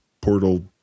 Portal